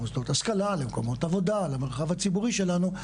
מוסדות השכלה ומקומות עבודה במרחב הציבורי שלנו.